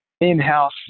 in-house